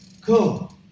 Cool